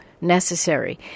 necessary